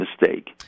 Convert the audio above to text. mistake